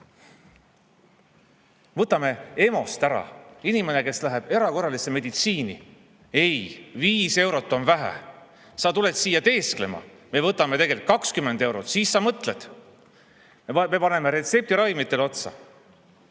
Võtame EMO-st ära. Inimene, kes läheb erakorralisse meditsiini – ei, viis eurot on vähe. Sa tuled siia teesklema, me võtame tegelikult 20 eurot, siis sa ehk mõtled! Ja me paneme retseptiravimitele otsa!